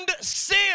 sin